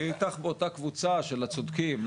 אני איתך באותה קבוצה של הצודקים,